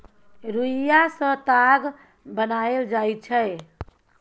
रुइया सँ ताग बनाएल जाइ छै